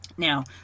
Now